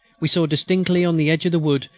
we saw distinctly on the edge of the wood,